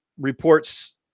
reports